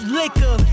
liquor